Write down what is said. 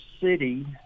city